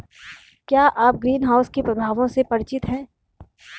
क्या आप ग्रीनहाउस के प्रभावों से परिचित हैं?